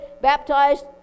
baptized